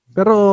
Pero